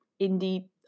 Indie